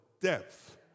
depth